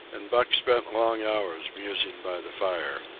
and buck spent long hours musing by the fire.